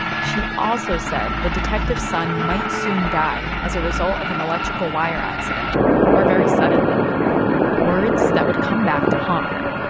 she also said the detective's son might soon die as a result of an electrical wire accident or very suddenly words that would come back to haunt her.